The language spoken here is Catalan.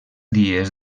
dies